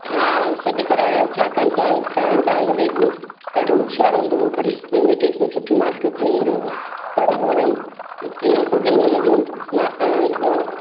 हा सॾु करायो आहे छाकाणि त पहिरियों तव्हांजो बेबू ॾाढो हुशियारु हूंदो हो खणी युनिट टेस्ट में सुठी मार्कूं खणी ईंदो हो पर हाणे ॾींहों पोइ ॾींहुं हुन जूं मार्क्स